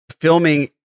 filming